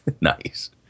Nice